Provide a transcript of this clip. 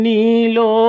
Nilo